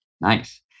Nice